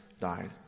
died